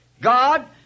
God